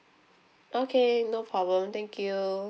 okay no problem thank you